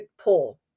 pull